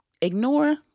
ignore